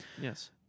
Yes